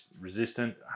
resistant